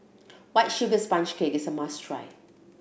White Sugar Sponge Cake is a must try